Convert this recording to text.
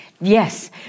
Yes